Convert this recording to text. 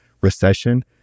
recession